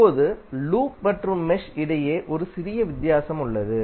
இப்போது லூப் மற்றும் மெஷ் இடையே ஒரு சிறிய வித்தியாசம் உள்ளது